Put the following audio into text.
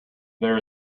there